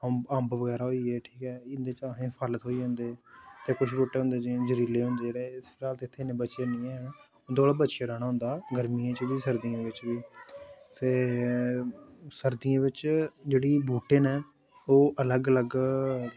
अंब बगैरा होइये ठीक ऐ इं'दे चा असें फल थ्होई जंदे ते कुछ बूह्टे होंदे जि'यां जरीले होंदे जेह्डे़ ते फिलहाल ते इ'त्थें इ'न्ने बचे निं हैन उं'दे कोला बचियै रौहना होंदा गर्मियें च बी सर्दिये दे बिच बी ते सर्दियें बिच जेह्ड़ी बूह्टे न ओह् अलग अलग